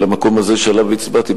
למקום הזה שעליו הצבעתי,